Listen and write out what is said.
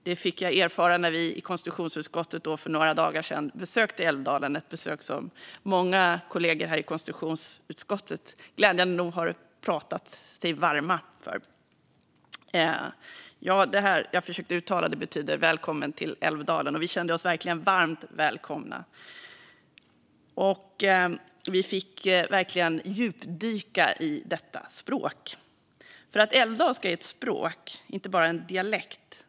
Det fick jag erfara när vi i konstitutionsutskottet för några dagar sedan besökte Älvdalen. Det är ett besök som många kollegor i utskottet glädjande nog har pratat sig varma för. Det jag försökte uttala betyder "välkommen till Älvdalen", och vi kände oss varmt välkomna. Vi fick verkligen djupdyka i detta språk - för älvdalska är ett språk, inte bara en dialekt.